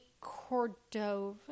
Cordova